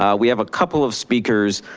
um we have a couple of speakers.